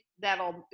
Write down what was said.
that'll